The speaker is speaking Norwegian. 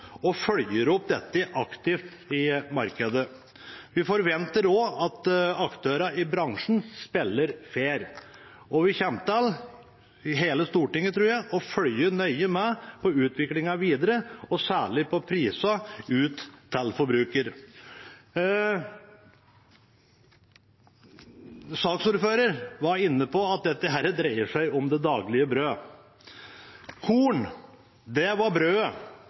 og følger opp dette aktivt i markedet. Vi forventer også at aktørene i bransjen spiller fair. Og vi kommer til, hele Stortinget, tror jeg, å følge nøye med på utviklingen videre – særlig på prisene ut til forbruker. Saksordføreren var inne på at dette dreier seg om det daglige brød. «Korn det var brødet,